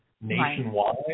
nationwide